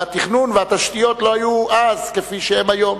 והתכנון והתשתיות לא היו אז כפי שהם היום.